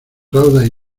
raudas